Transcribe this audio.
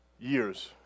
years